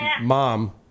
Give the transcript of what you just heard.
Mom